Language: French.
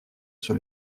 sur